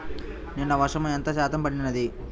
నిన్న వర్షము ఎంత శాతము పడినది?